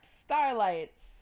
Starlights